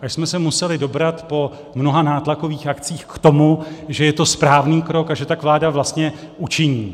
Až jsme se museli dobrat po mnoha nátlakových akcích k tomu, že je to správný krok a že tak vláda vlastně učiní.